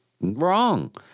Wrong